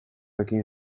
ekin